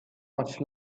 much